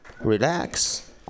Relax